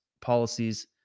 policies